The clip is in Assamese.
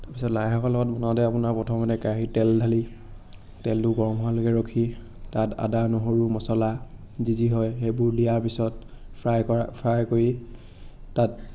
তাৰপিছত লাইশাকৰ লগত বনাওঁতে আপোনাৰ প্ৰথমতে কেৰাহিত তেল ঢালি তেলটো গৰম হোৱালৈকে ৰখি তাত আদা নহৰু মচলা যি যি হয় সেইবোৰ দিয়াৰ পিছত ফ্ৰাই কৰা ফ্ৰাই কৰি তাত